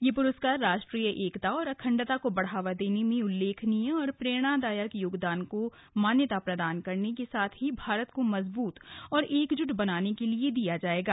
यह पुरस्कार राष्ट्रीय एकता और अखंडता को बढ़ावा देने में उल्लेखनीय तथा प्रेरणादायक योगदान को मान्यता प्रदान करने के साथ ही भारत को मजबूत और एकजुट बनाने के लिए दिया जायेगा